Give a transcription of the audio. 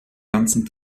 ganzen